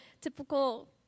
typical